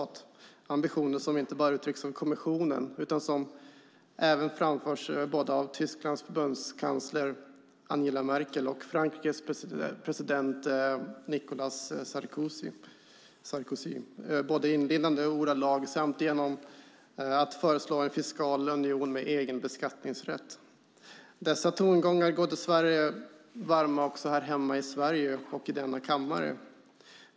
Det är ambitioner som inte bara uttrycks av kommissionen utan som även framförs av Tysklands förbundskansler Angela Merkel och Frankrikes president Nicolas Sarkozy. Det sker både inlindat och genom att de föreslår en fiskal union med egen beskattningsrätt. Dessa tongångar går dess värre varma också här hemma i Sverige och i denna kammare.